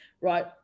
right